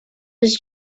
his